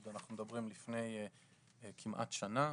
אנחנו מדברים על לפני כמעט שנה,